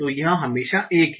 तो यह हमेशा एक है